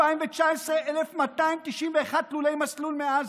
ב-2019, 1,291 תלולי מסלול מעזה.